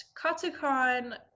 KatsuCon